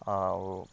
ଆଉ